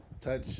Touch